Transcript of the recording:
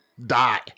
die